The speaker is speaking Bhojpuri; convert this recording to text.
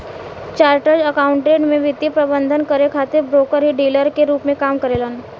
चार्टर्ड अकाउंटेंट में वित्तीय प्रबंधन करे खातिर ब्रोकर ही डीलर के रूप में काम करेलन